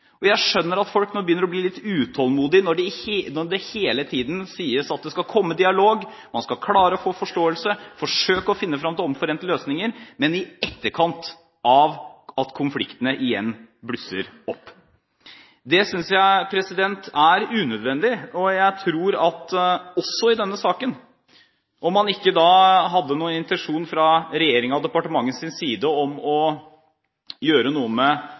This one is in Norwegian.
Jeg skjønner at folk nå begynner å bli litt utålmodige når det hele tiden sies at man skal ha dialog, at man skal klare å få forståelse, og at man skal forsøke å finne fram til omforente løsninger – men i etterkant av at konfliktene igjen blusser opp. Det synes jeg er unødvendig. Jeg tror at man også i denne saken, om man da ikke hadde noen intensjon fra regjeringens og departementets side om å gjøre noe med